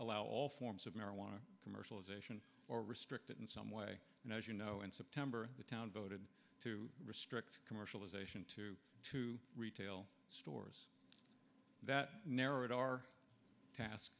allow all forms of marijuana commission or restricted in some way and as you know in september the town voted to restrict commercialization to two retail stores that narrowed our task